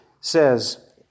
says